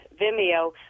Vimeo